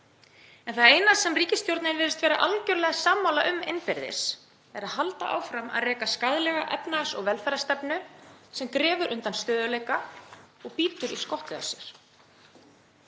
En það eina sem ríkisstjórnin virðist vera algjörlega sammála um innbyrðis er að halda áfram að reka skaðlega efnahags- og velferðarstefnu sem grefur undan stöðugleika og bítur í skottið á sér.